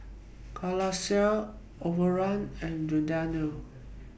Calacara Overrun and Giordano